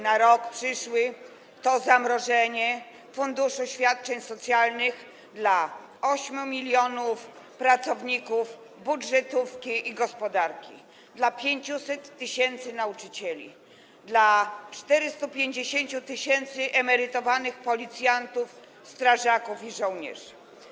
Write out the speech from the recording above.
na rok przyszły to zamrożenie funduszu świadczeń socjalnych dla 8 mln pracowników budżetówki i sfery gospodarki, dla 500 tys. nauczycieli, dla 450 tys. emerytowanych policjantów, strażaków i żołnierzy.